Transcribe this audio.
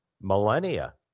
millennia